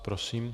Prosím.